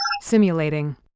Simulating